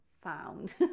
found